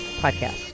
podcast